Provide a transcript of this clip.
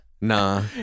Nah